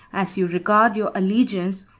as you regard your allegiance,